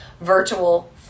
virtual